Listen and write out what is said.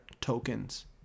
tokens